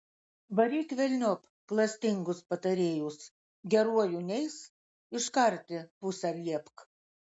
varyk velniop klastingus patarėjus geruoju neis iškarti pusę liepk